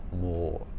more